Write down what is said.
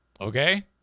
Okay